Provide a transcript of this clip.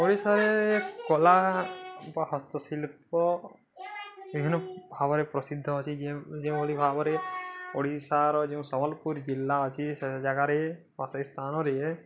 ଓଡ଼ିଶାରେ କଳା ବା ହସ୍ତଶିଳ୍ପ ବିଭିନ୍ନ ଭାବରେ ପ୍ରସିଦ୍ଧ ଅଛି ଯେ ଯେଉଁଭଳି ଭାବରେ ଓଡ଼ିଶାର ଯେଉଁ ସମ୍ବଲପୁର ଜିଲ୍ଲା ଅଛି ସେ ଜାଗାରେ ବା ସେ ସ୍ଥାନରେ